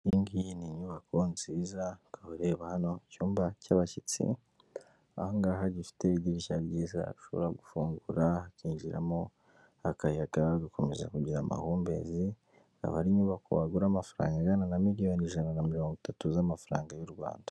Iyi ngiyi ni inyubako nziza ukaba ureba hano icyumba cy'abashyitsi, aha ngaha gifite idirishya ryiza ashobora gufungura hakinjiramo akayaga ugukomeza kugira amahumbezi, aba ari inyubako wagura amafaranga angana na miliyoni ijana na mirongo itatu z'amafaranga y'u Rwanda.